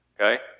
Okay